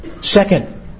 Second